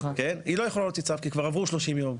היא לא יכולה להוציא צו, כי כבר עברו שלושים יום.